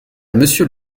monsieur